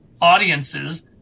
audiences